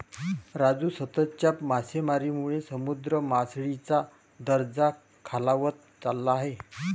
राजू, सततच्या मासेमारीमुळे समुद्र मासळीचा दर्जा खालावत चालला आहे